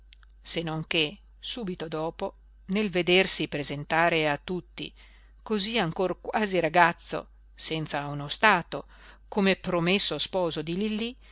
non che subito dopo nel vedersi presentare a tutti cosí ancor quasi ragazzo senza uno stato come promesso sposo di lillí